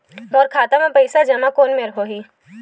मोर खाता मा पईसा जमा कोन मेर होही?